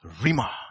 rima